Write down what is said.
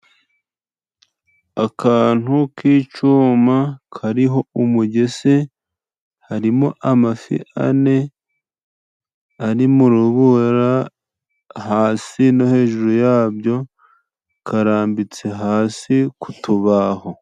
Akantu k'icuma kariho umugese ,harimo amafi ane ari mu rubura ,hasi no hejuru yabyo karambitse hasi ku tubaho.